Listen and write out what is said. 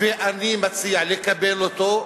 ואני מציע לקבל אותו,